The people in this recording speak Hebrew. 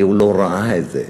כי הוא לא ראה את זה,